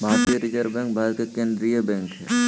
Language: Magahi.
भारतीय रिजर्व बैंक भारत के केन्द्रीय बैंक हइ